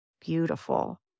Beautiful